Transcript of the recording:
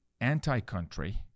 Anti-country